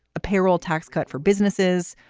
a payroll tax cut for businesses.